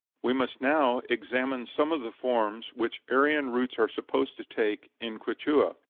we must now examine some of the forms which aryan roots are supposed to take in quichua.